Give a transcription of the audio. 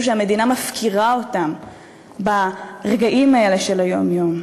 שהמדינה מפקירה אותם ברגעים האלה של היום-יום.